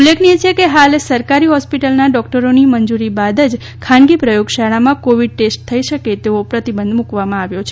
ઉલ્લેખનીય છે કે હાલ સરકારી હોસ્પિટલના ડોક્ટરોની મંજુરી બાદ જ ખાનગી પ્રયોગશાળામાં કોવિડ ટેસ્ટ થઈ શકે તેવો પ્રતિબંધ મૂકવામાં આવ્યો છે